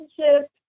relationship